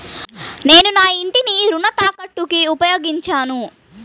నేను నా ఇంటిని రుణ తాకట్టుకి ఉపయోగించాను